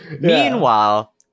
Meanwhile